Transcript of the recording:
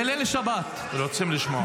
בליל שבת -- אתם לא צריכים להיות פה.